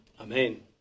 Amen